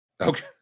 Okay